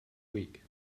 week